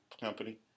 company